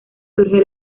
surge